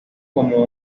como